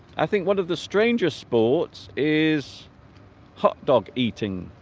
i think one of the stranger sports is hot dog-eating